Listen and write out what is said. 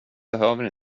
behöver